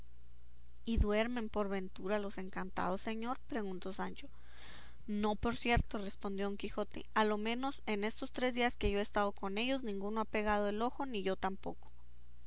y duermen por ventura los encantados señor preguntó sancho no por cierto respondió don quijote a lo menos en estos tres días que yo he estado con ellos ninguno ha pegado el ojo ni yo tampoco